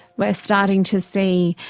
we are starting to see,